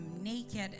Naked